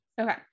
Okay